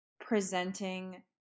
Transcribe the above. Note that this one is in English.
presenting